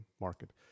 market